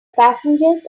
passengers